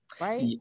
right